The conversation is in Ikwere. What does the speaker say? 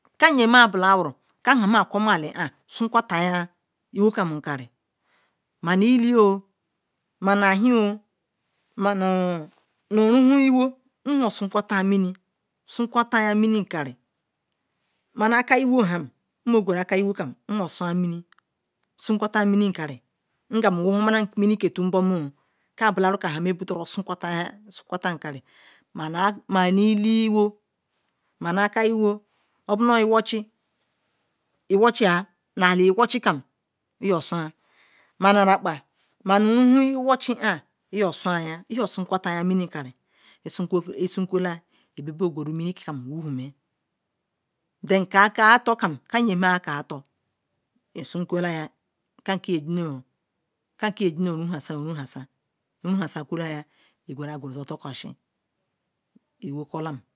Kam ye mei abo lara kan ke kuwata aker nu eli sun tawatal nu qwamura ma nu elio ma nu aker mi ne ruhen wa mkam ma mel woman na miniden bom many hi on ma ni aker lwe obro twochi nu ala iwacher iyo sun sunk watal on bronca bronca ma nu rakpo ma ni wo che ibia guru mini frangwo me ishi ka otal kam i do kosiya iwo ko lam.